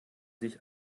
sich